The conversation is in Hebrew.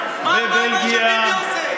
עזוב מה שאתה אומר על גנץ,